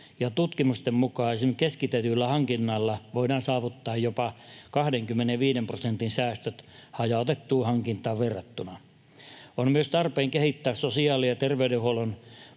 tutkimusten mukaan esim. keskitetyllä hankinnalla voidaan saavuttaa jopa 25 prosentin säästöt hajautettuun hankintaan verrattuna. On myös tarpeen kehittää sosiaali- ja terveydenhuollon